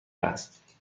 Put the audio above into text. است